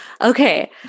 Okay